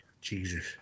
Jesus